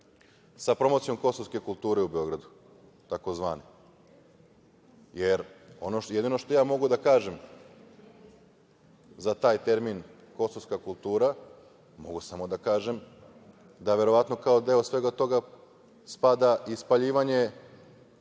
sa promocijom kosovske kulture u Beogradu, tzv? Jedino što ja mogu da kažem za taj termin kosovska kultura, mogu samo da kažem da verovatno kao deo svega toga spada i spaljivanje